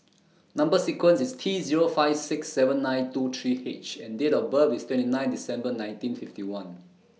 Number sequence IS T Zero five six seven nine two three H and Date of birth IS twenty nine December nineteen fifty one